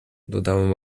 dodałem